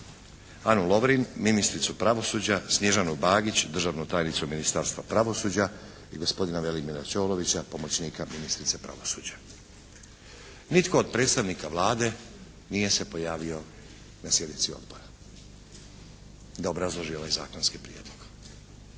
Anu Lovrin ministricu pravosuđa, Snježanu Bagić državnu tajnicu Ministarstva pravosuđa i gospodina Velimira Ćolovića pomoćnika ministrice pravosuđa. Nitko od predstavnika Vlade nije se pojavio na sjednici Odbora da obrazloži ovaj zakonski prijedlog,